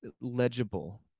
legible